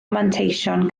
manteision